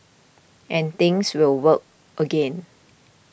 and things will work again